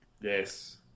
Yes